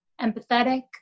empathetic